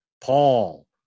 Paul